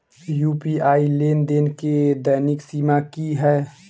UPI लेनदेन केँ दैनिक सीमा की है?